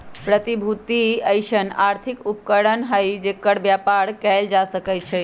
प्रतिभूति अइसँन आर्थिक उपकरण हइ जेकर बेपार कएल जा सकै छइ